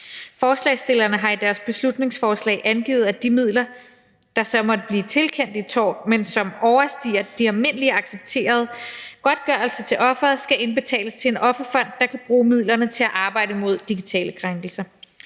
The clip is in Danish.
Forslagsstillerne har i deres beslutningsforslag angivet, at de midler, som så måtte blive tilkendt i erstatning for tort, men som overstiger den almindelige godtgørelse til offeret, skal indbetales til en offerfond, der kan bruge midlerne til at arbejde mod digitale krænkelser.